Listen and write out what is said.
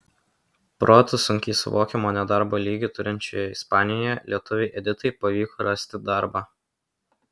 protu sunkiai suvokiamo nedarbo lygį turinčioje ispanijoje lietuvei editai pavyko rasti darbą